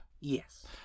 Yes